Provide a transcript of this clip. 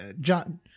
John